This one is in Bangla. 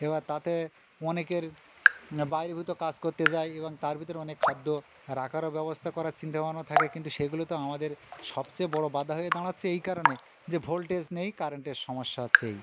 এবার তাতে অনেকের বহির্ভূত কাজ করতে যায় এবং তার ভিতরে অনেক খাদ্য রাখারও ব্যবস্থা করার চিন্তা ভাবনা থাকে কিন্তু সেগুলো তো আমাদের সবচেয়ে বড় বাধা হয়ে দাঁড়াচ্ছে এই কারণে যে ভোল্টেজ নেই কারেন্টের সমস্যা হচ্ছে এই